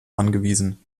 angewiesen